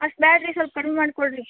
ಅಷ್ಟು ಬೇಡ್ರಿ ಸ್ವಲ್ಪ ಕಡಿಮೆ ಮಾಡಿಕೊಡ್ರಿ